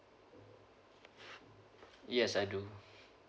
yes I do